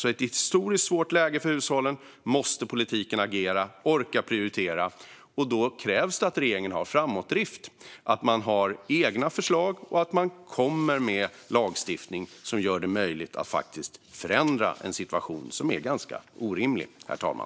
I ett historiskt svårt läge för hushållen måste politiken agera och orka prioritera. Då krävs det att regeringen har framåtdrift, har egna förslag och lägger fram lagstiftning som gör det möjligt att förändra en orimlig situation.